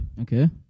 Okay